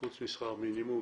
חוץ משכר מינימום